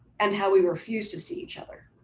and how we refuse to see each other.